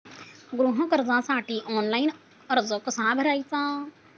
गृह कर्जासाठी ऑनलाइन अर्ज कसा भरायचा?